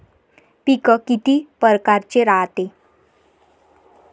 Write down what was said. पिकं किती परकारचे रायते?